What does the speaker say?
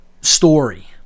story